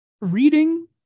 reading